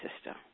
system